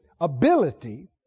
ability